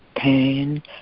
Pain